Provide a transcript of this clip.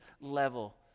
level